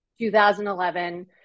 2011